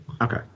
Okay